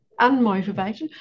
unmotivated